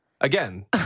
Again